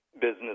business